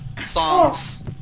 songs